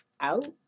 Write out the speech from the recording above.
Out